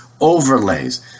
overlays